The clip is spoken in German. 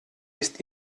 ist